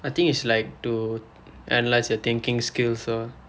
I think it's like to analyse their thinking skills ah